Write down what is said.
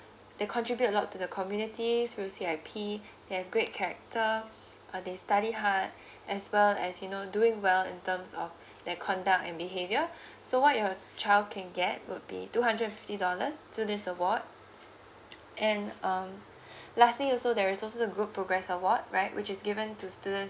they contribute a lot to the community through C_I_P they have great character uh they study hard as well as you know doing well in terms of their conduct and behavior so what your child can get would be two hundred and fifty dollars through this award and um lastly also there is also the good progress award right which is given to students